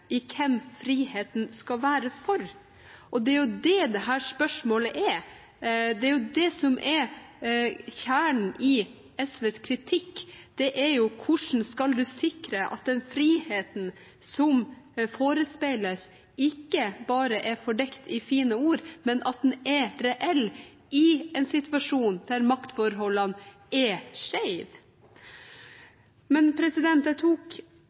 hvem friheten skal være for. Og det er det dette spørsmålet gjelder, det er det som er kjernen i SVs kritikk: Det er hvordan man skal sikre at den friheten som forespeiles, ikke bare er fordekt i fine ord, men at den er reell, i en situasjon der maktforholdene er skjeve. Jeg tok ordet fordi jeg